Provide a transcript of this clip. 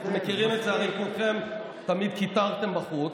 מכירים את זה הרי כולכם, תמיד קיטרתם בחוץ.